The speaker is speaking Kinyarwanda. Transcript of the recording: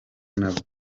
nabwo